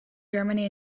germany